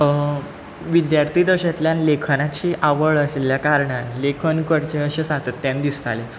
विद्यार्थी दशेंतल्यान लेखनाची आवड आशिल्ल्या कारणान लेखन करचें अशें सातत्यान दिसतालें